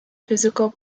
physical